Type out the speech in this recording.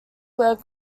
were